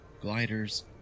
gliders